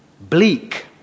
Bleak